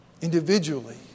Individually